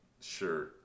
Sure